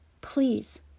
Please